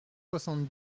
soixante